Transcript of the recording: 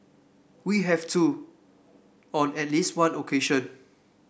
we have too on at least one occasion